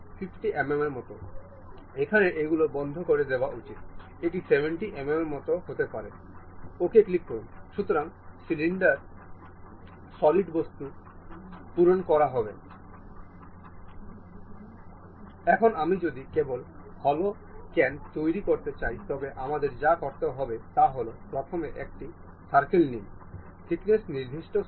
এটি এমন উপাদানটির জন্য জিজ্ঞাসা করে যা ঘূর্ণায়মান হতে হবে যে যদি এটি হয় তবে কঠিন কাজটি এখানে এই মোটর বিকল্পটির বৈশিষ্ট্যযুক্ত